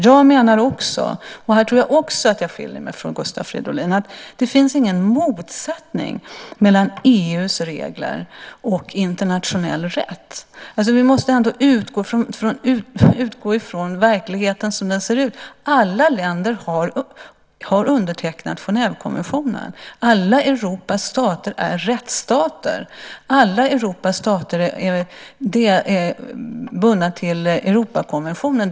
Jag menar också, och även här tror jag att jag skiljer mig från Gustav Fridolin, att det inte finns någon motsättning mellan EU:s regler och internationell rätt. Vi måste utgå ifrån verkligheten som den ser ut. Alla länder har undertecknat Genèvekonventionen. Alla Europas stater är rättsstater. Alla Europas stater är bundna till Europakonventionen.